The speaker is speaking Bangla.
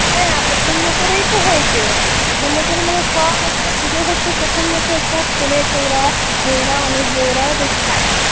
হ্যাঁ প্রথম বছরেই তো হয়েছে প্রথম বছরে মানে সব হচ্ছে পুজো হচ্ছে প্রথম বছর সব ছেলে ছোকরা মেয়েরা অনেক বউরাও দেখছি আছে